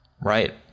right